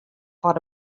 foar